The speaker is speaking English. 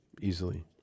Easily